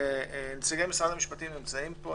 נציגי משרד המשפטים נמצאים פה.